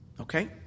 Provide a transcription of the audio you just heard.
Okay